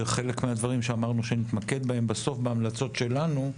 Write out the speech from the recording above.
זה חלק מהדברים שאמרנו שנתמקד בהם בסוף בהמלצות שלנו,